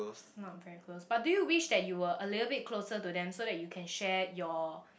not very close but do you wish that you were a little bit closer to them so that you can share your